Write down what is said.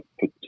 put